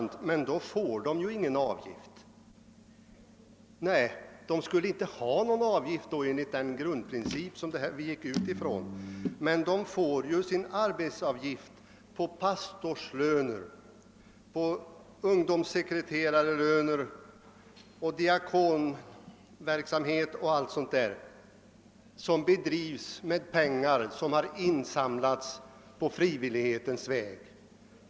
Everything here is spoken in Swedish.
Nej, herr Brandt, enligt den grundprincip vi utgått från skall man inte ha någon sådan avgift i Missionsförbundet, men lika fullt får man erlägga arbetsgivaravgift på lönerna till pastorer och ungdomssekreterare och i den diakonala verksamheten, alltså till verksamheter som bedrives med pengar insamlade på frivillig väg.